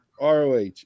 ROH